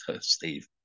Steve